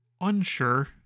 Unsure